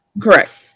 Correct